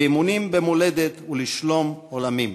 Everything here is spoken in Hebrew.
לאמונים במולדת ולשלום עולמים.